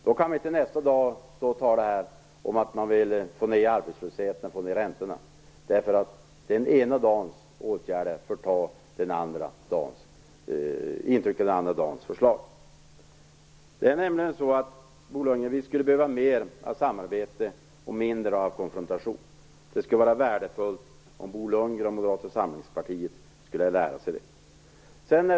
Det kan man alltså inte göra ena dagen för att andra dagen stå här och tala om att man vill få ned arbetslösheten och räntorna. Den ena dagens åtgärder förtar ju intrycket av den andra dagens förslag. Bo Lundgren, vi skulle behöva mer av samarbete och mindre av konfrontation. Det skulle vara värdefullt om Bo Lundgren och Moderata samlingspartiet lärde sig det.